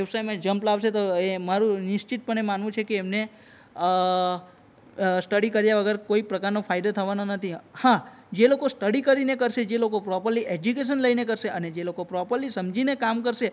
વ્યવસાયમાં ઝંપલાવશે તો એ મારું નિશ્ચિતપણે માનવું છે કે એમને સ્ટડી કર્યા વગર કોઈ પ્રકારનો ફાયદો થવાનો નથી હાં જે લોકો સ્ટડી કરીને કરશે જે લોકો પ્રોપરલી એજ્યુકેશન લઈને કરશે અને જે લોકો પ્રોપરલી સમજીને કામ કરશે